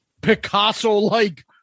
Picasso-like